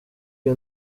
iyo